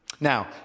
Now